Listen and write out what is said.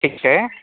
ઠીક છે